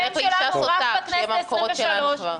לך לאישה סוטה, שיהיה מהמקורות שלנו כבר.